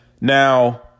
Now